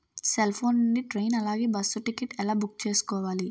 Cell phone నుండి train అలాగే bus ticket ఎలా బుక్ చేసుకోవాలి?